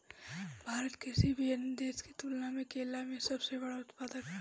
भारत किसी भी अन्य देश की तुलना में केला के सबसे बड़ा उत्पादक ह